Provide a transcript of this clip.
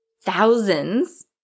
thousands